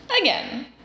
Again